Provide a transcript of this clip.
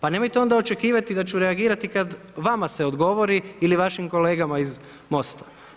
Pa nemojte onda očekivati da ću reagirati, kada vama se odgovori ili vašim kolegama iz Mosta.